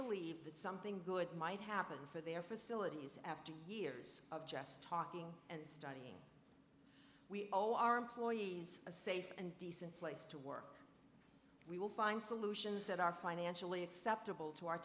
believe that something good might happen for their facilities after years of just talking and studying we owe our employees a safe and decent place to work we will find solutions that are financially acceptable to our